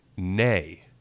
Nay